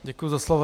Děkuji za slovo.